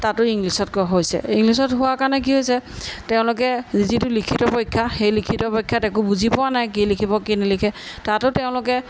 তাতো ইংলিছত হৈছে ইংলিছত হোৱাৰ কাৰণে কি হৈছে তেওঁলোকে যিটো লিখিত পৰীক্ষা সেই লিখিত পৰীক্ষাত একো বুজি পোৱা নাই কি লিখিব কি নিলিখে তাতো তেওঁলোকে